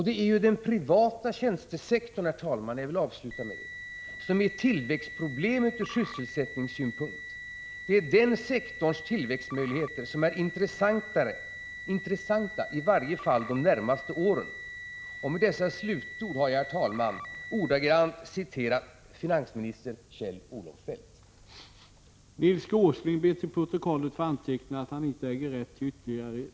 Det är den privata tjänstesektorn, herr talman — jag vill avsluta med detta — som utgör tillväxtproblemet ur sysselsättningssynpunkt. Det är den sektorns tillväxtmöjligheter som är intressanta, i varje fall under de närmaste åren. Med dessa slutord har jag, herr talman, ordagrant återgett vad finansminister Kjell-Olof Feldt har sagt.